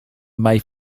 may